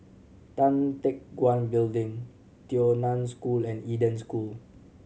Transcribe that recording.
Tan Teck Guan Building Tao Nan School and Eden School